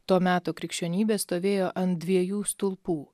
to meto krikščionybė stovėjo ant dviejų stulpų